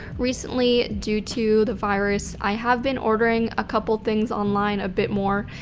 recently, due to the virus, i have been ordering a couple things online a bit more.